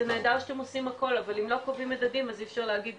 זה נהדר שאתם עושים הכל אבל אם לא קובעים מדדים אז אי אפשר להגיד,